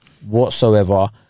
whatsoever